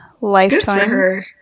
lifetime